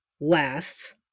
lasts